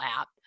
app